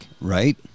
Right